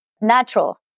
natural